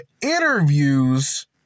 interviews